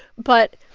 but,